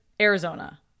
Arizona